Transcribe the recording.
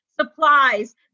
supplies